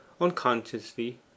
unconsciously